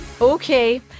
Okay